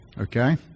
Okay